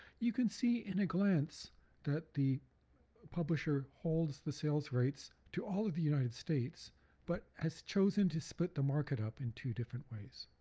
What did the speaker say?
you can see in a glance that the publisher holds the sales rights to all of the united states but has chosen to split the market up in two different ways.